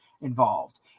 involved